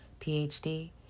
PhD